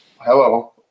hello